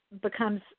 becomes